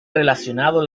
relacionado